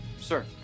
sir